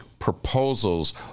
proposals